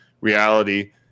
reality